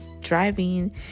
driving